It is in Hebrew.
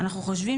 אנחנו חושבים